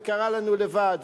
וקרא לנו לבד,